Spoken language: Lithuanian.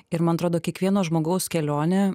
ir man atrodo kiekvieno žmogaus kelionė